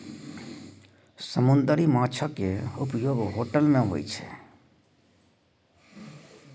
समुन्दरी माछ केँ उपयोग होटल मे होइ छै